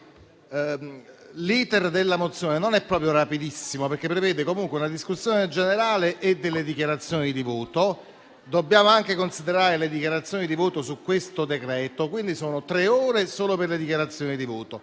l'*iter* della mozione non è proprio rapidissimo, perché prevede comunque una discussione generale e delle dichiarazioni di voto. Dobbiamo anche considerare le dichiarazioni di voto su questo decreto-legge. Quindi, sono tre ore solo per le dichiarazioni di voto,